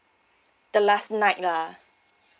the last night lah